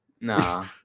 Nah